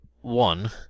One